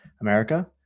America